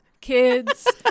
kids